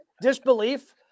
disbelief